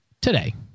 today